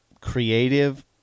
creative